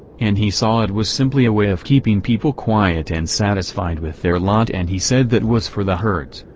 and he saw it was simply a way of keeping people quiet and satisfied with their lot and he said that was for the herds.